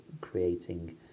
creating